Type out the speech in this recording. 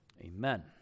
Amen